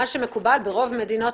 מה שמקובל ברוב מדינות